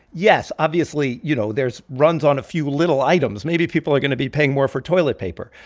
yes, obviously, you know, there's runs on a few little items. maybe people are going to be paying more for toilet paper.